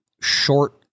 short